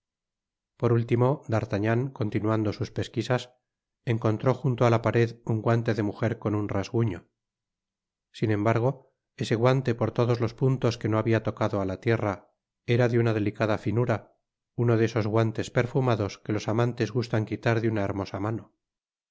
por último d'artagnan continuando sus pesquisas encontró junto á la pared un guante de mujer con un rasguño sin embargo ese guante por todos los puntos que no habia tocado á la tierra era de una delicada finura uno de esos guantes perfumados que los amantes gustan quitar de una hermosa mano